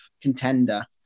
contender